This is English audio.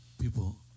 people